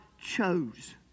chose